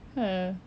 !huh!